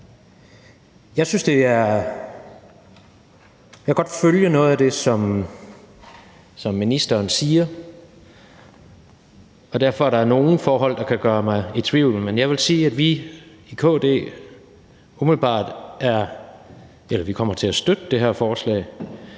Jeg kan godt følge noget af det, som ministeren siger, og derfor er der nogle forhold, der kan gøre mig i tvivl. Men jeg vil sige, at vi i KD kommer til at støtte det her forslag.